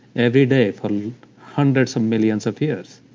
every day for um hundreds of millions of years.